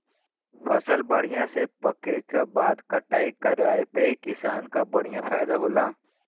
फसल बढ़िया से पके क बाद कटाई कराये पे किसान क बढ़िया फयदा होला